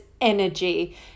energy